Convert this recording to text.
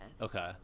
okay